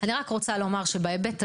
אני רק רוצה לומר שבהיבט הזה,